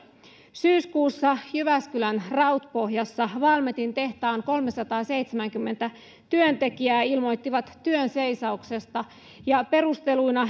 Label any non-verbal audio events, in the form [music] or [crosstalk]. syyskuussa jyväskylän rautpohjassa valmetin tehtaan kolmesataaseitsemänkymmentä työntekijää ilmoittivat työnseisauksesta ja perusteluina [unintelligible]